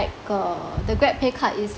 uh the grabpay card is